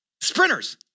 Sprinters